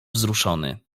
wzruszony